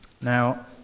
Now